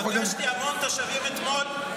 פגשתי המון תושבים אתמול,